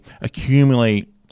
accumulate